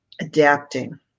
adapting